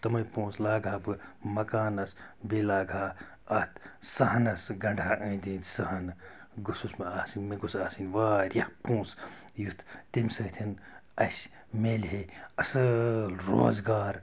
تِمٔے پونٛسہٕ لاگہٕ ہا بہٕ مَکانَس بیٚیہِ لاگہٕ ہا اَتھ صحنَس سُہ گَنٛڈٕ ہان أنٛدۍ أنٛدۍ صحنہٕ گوٚژھُس بہٕ آسٕنۍ مےٚ گوٚژھ آسٕنۍ واریاہ پونٛسہٕ یُتھ تَمہِ سۭتۍ اسہِ میٚلہِ ہے اصۭل روزگار